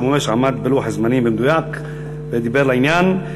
ממש עמד בלוח הזמנים במדויק ודיבר לעניין.